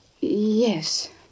Yes